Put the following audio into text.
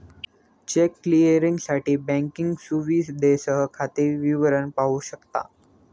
check क्लिअरिंगसाठी banking सुविधेसह खाते विवरण पाहू शकता